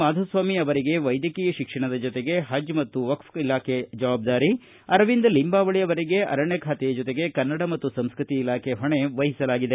ಮಾಧುಸ್ವಾಮಿ ಅವರಿಗೆ ವೈದ್ಯಕೀಯ ಶಿಕ್ಷಣದ ಜೊತೆಗೆ ಪಜ್ ಮತ್ತು ವಕ್ಫ್ ಇಲಾಖೆ ಜವಾಬ್ದಾರಿ ಅರವಿಂದ್ ಲಿಂಬಾವಳಿ ಅವರಿಗೆ ಅರಣ್ಯ ಖಾತೆಯ ಜೊತೆಗೆ ಕನ್ನಡ ಮತ್ತು ಸಂಸ್ಪತಿ ಇಲಾಖೆ ಹೊಣೆ ವಹಿಸಲಾಗಿದೆ